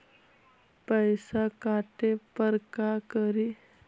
पैसा काटे पर का करि?